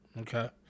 Okay